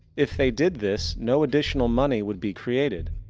if they did this, no additional money would be created.